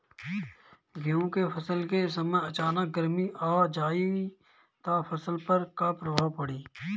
गेहुँ के फसल के समय अचानक गर्मी आ जाई त फसल पर का प्रभाव पड़ी?